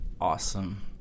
Awesome